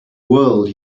world